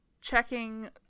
checking